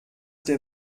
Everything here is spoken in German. der